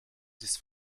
this